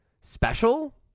special